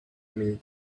minute